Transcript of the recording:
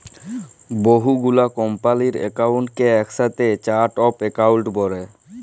বহু গুলা কম্পালির একাউন্টকে একসাথে চার্ট অফ একাউন্ট ব্যলে